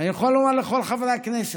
ואני יכול לומר לכל חברי הכנסת: